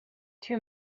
too